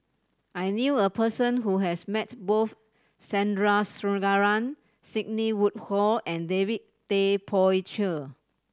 I knew a person who has met both Sandrasegaran Sidney Woodhull and David Tay Poey Cher